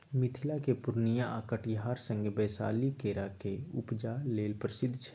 मिथिलाक पुर्णियाँ आ कटिहार संगे बैशाली केराक उपजा लेल प्रसिद्ध छै